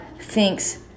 thinks